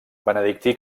benedictí